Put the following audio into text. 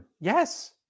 Yes